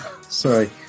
Sorry